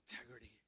integrity